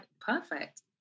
Perfect